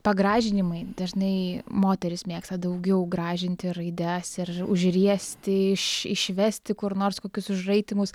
pagražinimai dažnai moterys mėgsta daugiau gražinti raides ir užriesti iš išvesti kur nors kokius užraitymus